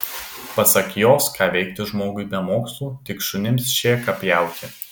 pasak jos ką veikti žmogui be mokslų tik šunims šėką pjauti